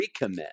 recommit